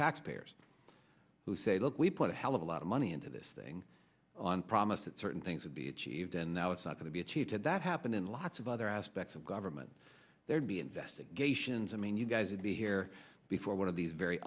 taxpayers who say look we put a hell of a lot of money into this thing on promise that certain things will be achieved and now it's not going to be a cheat did that happen in lots of other aspects of government there'd be investigations i mean you guys would be here before one of these very